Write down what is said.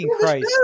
Christ